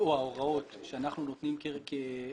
או ההוראות שאנחנו נותנים כרגולטור,